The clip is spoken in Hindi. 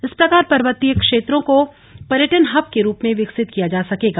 इस प्रकार पर्वतीय क्षेत्रों को पर्यटन हब के रूप में विकसित किया जा सकेगा